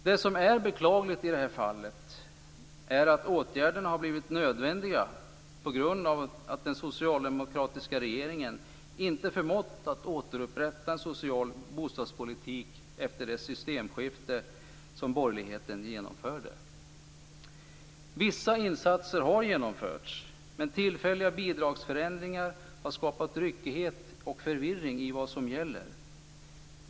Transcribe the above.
Det som är beklagligt i det här fallet är att åtgärderna har blivit nödvändiga på grund av att den socialdemokratiska regeringen inte förmått att återupprätta social bostadspolitik efter det systemskifte som borgerligheten genomförde. Vissa insatser har genomförts. Men tillfälliga bidragsförändringar har skapat ryckighet och förvirring i vad som gäller.